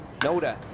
Noda